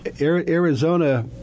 Arizona